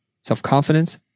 self-confidence